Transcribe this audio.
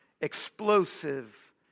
explosive